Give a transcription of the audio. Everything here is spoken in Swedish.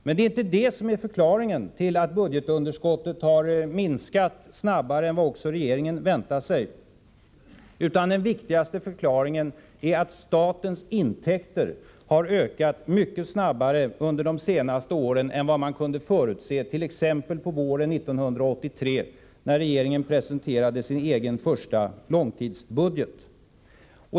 Det är dock inte detta som är förklaringen till att budgetunderskottet har minskat snabbare än vad regeringen väntade sig, utan den viktigaste förklaringen är att statens intäkter ökat mycket snabbare under de senaste åren än vad man kunde förutse t.ex. på våren 1983, då regeringen presenterade sin egen första långtidsbudget.